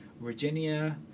Virginia